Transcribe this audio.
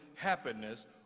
happiness